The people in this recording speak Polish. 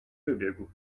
wybiegł